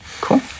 Cool